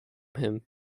him